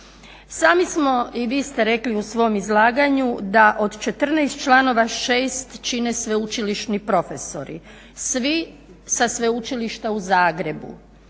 Sami smo i vi ste rekli u svom izlaganju da od 14 članova 6 čine sveučilišni profesori. Svi sa sveučilišta u Zagrebu,